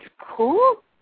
cool